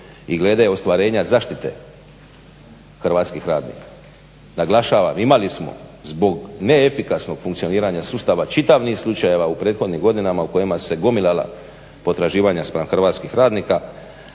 i glede ostvarenja zaštite hrvatskih radnika. Naglašavam imali smo zbog neefikasnog funkcioniranja sustava čitav niz slučajeva u prethodnim godinama u kojima su se gomilala potraživanja spram hrvatskih radnika.